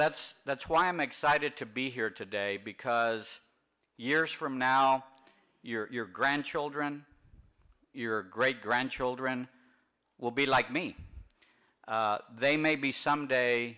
that's that's why i'm excited to be here today because years from now your grandchildren your great grandchildren will be like me they may be someday